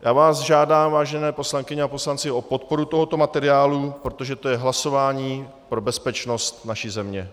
Já vás žádám, vážené poslankyně a poslanci, o podporu tohoto materiálu, protože to je hlasování pro bezpečnost naší země.